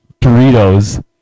Doritos